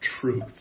truth